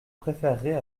préférerais